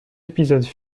épisodes